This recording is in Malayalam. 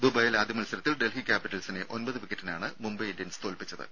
ദുബായിൽ ആദ്യ മത്സരത്തിൽ ഡൽഹി ക്യാപിറ്റൽസിനെ ഒമ്പത് വിക്കറ്റിനാണ് മുംബൈ ഇന്ത്യൻസ് തോൽപ്പിച്ചത്